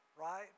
right